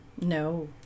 No